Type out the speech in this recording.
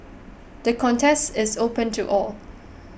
the contest is open to all